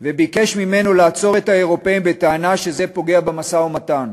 וביקש ממנו לעצור את האירופים בטענה שזה פוגע במשא-ומתן,